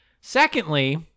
Secondly